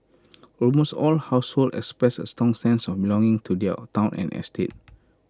almost all household expressed A strong sense of belonging to their Town and estate